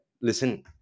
listen